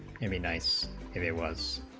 a i mean nice it was